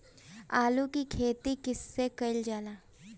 आलू की खेती कइसे कइल जाला?